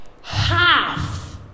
half